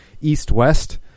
east-west